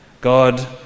God